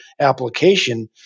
application